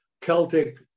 Celtic